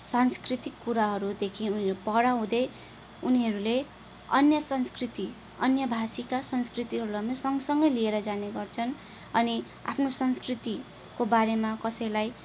सांस्कृतिक कुराहरूदेखि उनीहरू पर हुँदै उनीहरूले अन्य संस्कृति अन्य भाषीका संस्कृतिहरूलाई नि सँग सँगै लिएर जाने गर्छन् अनि आफ्नो संस्कृतिको बारेमा कसैलाई